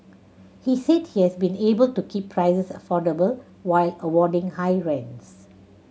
he said he has been able to keep prices affordable while avoiding high rents